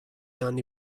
anni